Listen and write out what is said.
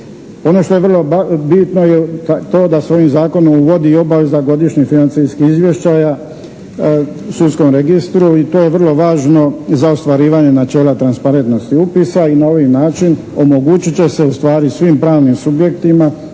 Ono što je vrlo bitno je to da se ovim Zakonom uvodi i obaveza godišnjih financijskih izvješćaja sudskom registru i to je vrlo važno za ostvarivanje načela transparentnosti upisa i na ovi način omogućit će se ustvari svim pravnim subjektima